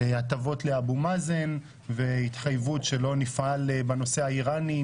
ונותנים הטבות לאבו מאזן והתחייבות שלא נפעל בנושא האיראני,